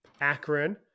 Akron